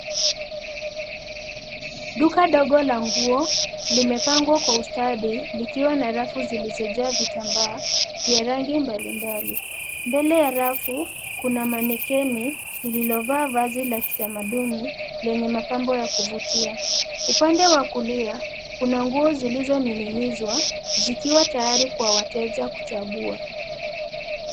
Duka dogo la nguo limepangwa kwa ustadi likiwa na rafu zilizojaa vitambaa vya rangi mbalimbali. Mbele ya rafu kuna manikeni lililovaa vazi la kitamaduni lenye mapambo ya kuvutia. Upande wa kulia kuna nguo zilizoning'inizwa zikiwa tayari kwa wateja kuchagua.